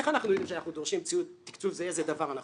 איך אנחנו יודעים שדרישתנו זו היא נכונה?